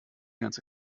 ganze